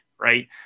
Right